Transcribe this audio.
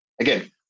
Again